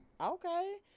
Okay